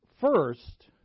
First